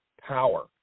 Power